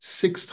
six